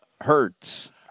Hurts